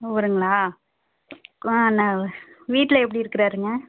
அவருங்களா ஆ வீட்டில் எப்படி இருக்கிறாருங்க